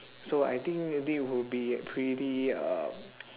so I think really would be pretty uh